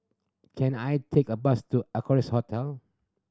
can I take a bus to Equarius Hotel